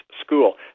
school